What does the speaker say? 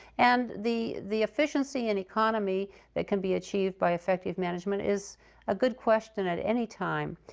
and the the efficiency and economy that can be achieved by effective management is a good question at any time.